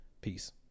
peace